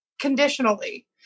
conditionally